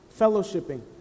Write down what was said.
fellowshipping